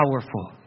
powerful